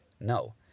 No